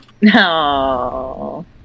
No